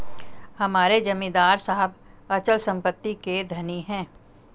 हमारे जमींदार साहब अचल संपत्ति के धनी हैं